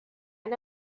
ein